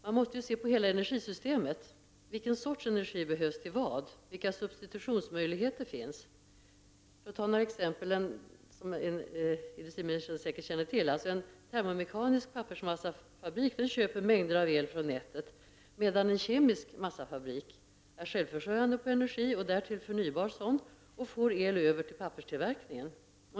Man måste se på hela energisystemet. Vilken sorts energi behövs till vad och vilka substitutionsmöjligheter finns det? Jag skall nämna några exempel som industriministern säkert känner till. En termomekanisk pappersmassafabrik köper mängder av el från nätet, medan en kemisk massafabrik är självförsörjande på energi, som därtill är förnybar, och får el över till papperstillverkningen.